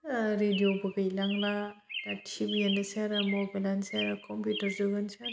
रेदिअ'बो गैलांला दा टिभिआनोसै आरो मबेलआनोसै आरो कम्पिउटार जुगानोसै आरो